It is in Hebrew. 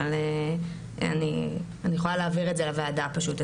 אבל אני יכולה להעביר את זה לוועדה פשוט,